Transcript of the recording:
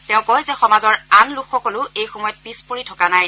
তেওঁ কয় যে সমাজৰ আন লোকসকলো এই সময়ত পিছ পৰি থকা নাই